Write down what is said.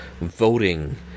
voting